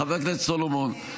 --- חבר הכנסת סולומון,